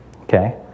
okay